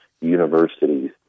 universities